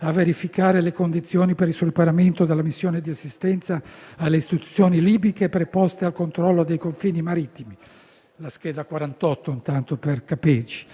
a verificare le condizioni per il superamento della missione di assistenza alle istituzioni libiche preposte al controllo dei confini marittimi - di cui alla